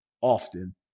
often